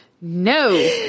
no